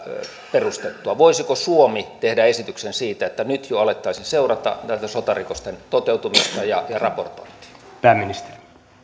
perustettua voisiko suomi tehdä esityksen siitä että nyt jo alettaisiin seurata sotarikosten toteutumista ja raportointia